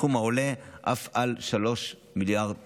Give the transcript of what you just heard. בסכום העולה אף על 3 מיליארד ש"ח.